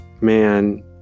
man